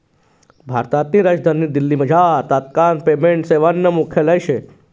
भारतनी राजधानी दिल्लीमझार तात्काय पेमेंट सेवानं मुख्यालय शे